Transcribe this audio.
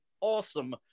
awesome